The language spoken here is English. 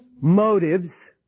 motives